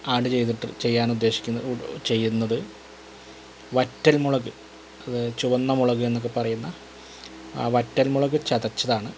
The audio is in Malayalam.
ആഡ് ചെയ്തിട്ട് ചെയ്യനുദ്ദേശിക്കുന്നത് ചെയ്യുന്നത് വറ്റൽമുളക് അത് ചുവന്നമുളക് എന്നൊക്കെ പറയുന്ന ആ വറ്റൽമുളക് ചതച്ചതാണ്